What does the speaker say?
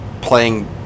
playing